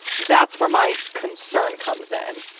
that's where my concern comes in.